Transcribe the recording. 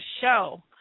show